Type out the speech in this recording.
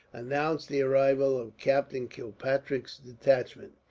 announced the arrival of captain kilpatrick's detachment.